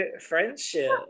friendship